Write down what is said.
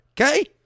Okay